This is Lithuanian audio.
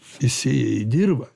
jis sėja į dirvą